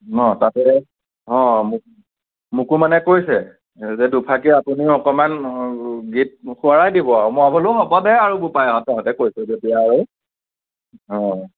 অ' তাকে অ' মো মোকো মানে কৈছে যে দুফাকী আপুনিও অকণমান গীত সোঁৱৰাই দিব আৰু মই বোলো হ'ব দে আৰু বোপাইহঁত তহঁতে কৈছ যেতিয়া আৰু